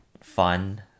fun